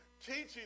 Teaching